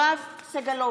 בעד יואב סגלוביץ'